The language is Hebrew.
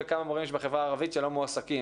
וכמה מורים יש בחברה הערבית שלא מועסקים,